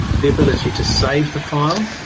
the ability to save the file,